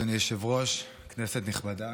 אדוני היושב-ראש, כנסת נכבדה.